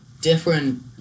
different